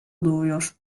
doğuyor